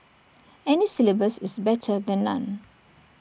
any syllabus is better than none